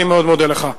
אני מאוד מודה לך.